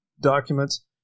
documents